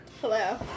Hello